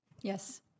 Yes